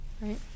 Right